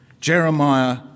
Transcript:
Jeremiah